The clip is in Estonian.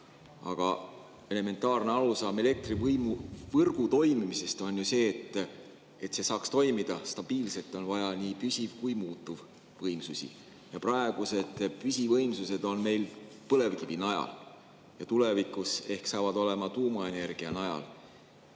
Aga elementaarne arusaam elektrivõrgu toimimisest on ju see, et selleks, et see saaks toimida stabiilselt, on vaja nii püsi‑ kui ka muutuvvõimsusi. Praegused püsivõimsused on meil põlevkivi najal ja tulevikus saavad ehk olema tuumaenergia najal.